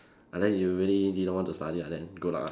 and then you really didn't want to study ah then good luck ah